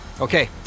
Okay